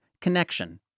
connection